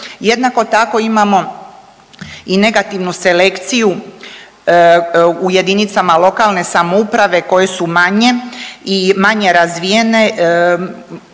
Jednako tako imamo i negativnu selekciju u jedinicama lokalne samouprave koje su manje i manje razvijene